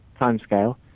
timescale